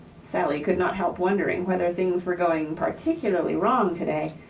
sally could not help wondering whether things were going particularly wrong to-day,